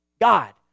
God